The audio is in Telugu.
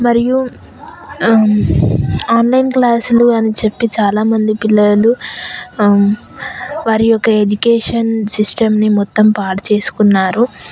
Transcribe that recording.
మరియు ఆన్లైన్ క్లాస్లు అని చెప్పి చాలా మంది పిల్లలు వారి యొక్క ఎడ్యుకేషన్ సిస్టమ్ని మొత్తం పాడు చేసుకున్నారు